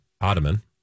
ottoman